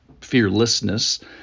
fearlessness